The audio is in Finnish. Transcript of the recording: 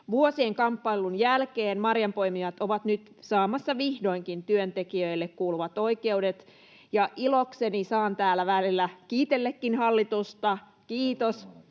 Vuosien kamppailun jälkeen marjanpoimijat ovat nyt saamassa vihdoinkin työntekijöille kuuluvat oikeudet. Ilokseni saan täällä välillä kiitelläkin hallitusta: kiitos.